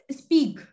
speak